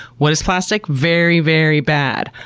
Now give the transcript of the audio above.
what is plastic? very, very bad.